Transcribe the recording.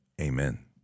amen